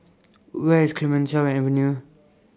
Where IS Clemenceau Avenue